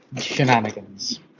shenanigans